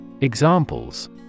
Examples